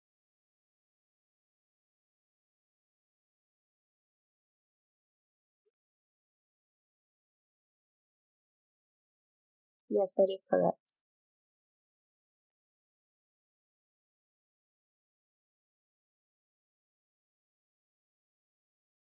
yes that is correct